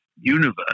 universe